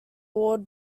board